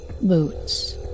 Boots